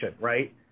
Right